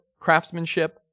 craftsmanship